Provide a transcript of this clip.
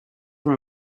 from